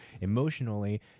emotionally